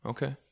Okay